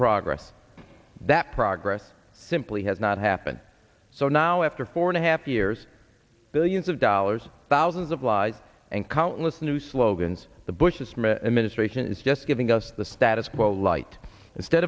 progress that progress simply has not happened so now after four and a half years billions of dollars thousands of lives and countless new slogans the bush dismiss the ministration is just giving us the status quo light instead